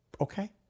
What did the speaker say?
Okay